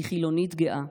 אני חילונית גאה.